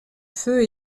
feu